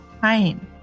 time